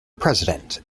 president